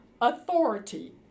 authority